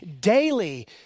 daily